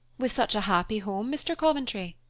with such a happy home, mr. coventry?